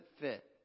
fit